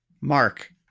Mark